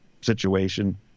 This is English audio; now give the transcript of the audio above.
situation